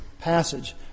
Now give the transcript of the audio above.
passage